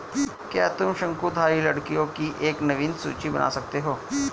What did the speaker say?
क्या तुम शंकुधारी लकड़ियों की एक नवीन सूची बना सकते हो?